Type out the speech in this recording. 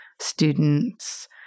students